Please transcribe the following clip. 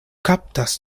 kaptas